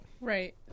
Right